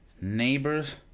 neighbors